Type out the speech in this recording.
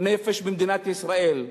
נפש במדינת ישראל,